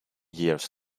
years